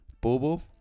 Bobo